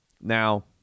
Now